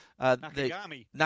Nakagami